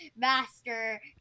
Master